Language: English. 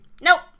Nope